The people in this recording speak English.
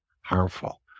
harmful